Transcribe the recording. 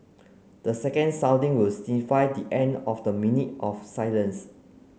the second sounding will signify the end of the minute of silence